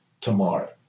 tomorrow